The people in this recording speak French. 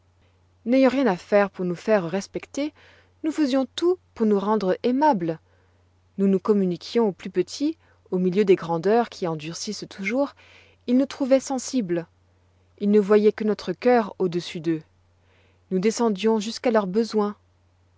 n'ayant rien à faire pour nous faire respecter nous faisions tout pour nous rendre aimables nous nous communiquions aux plus petits au milieu des grandeurs qui endurcissent toujours ils nous trouvoient sensibles ils ne voyoient que notre cœur au-dessus d'eux nous descendions jusqu'à leurs besoins